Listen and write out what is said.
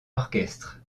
orchestre